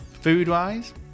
Food-wise